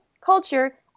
culture